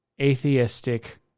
atheistic